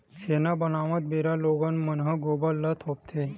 छेना बनात बेरा लोगन मन ह गोबर ल थोपथे